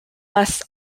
less